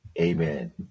amen